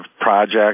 project